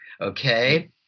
okay